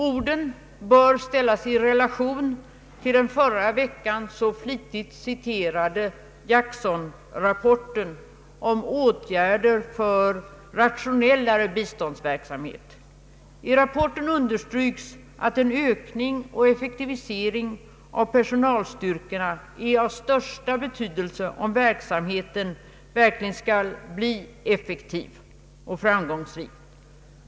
Orden bör ställas i relation till den i förra veckan så flitigt citerade Jacksonrapporten om åtgärder för rationellare biståndsverksamhet. I rapporten understryks att en ökning och effektivisering av personalstyrkorna är av största betydelse om verksamheten verkligen skall bii effektiv och framgångsrik.